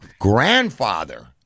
grandfather